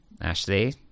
Ashley